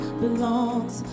belongs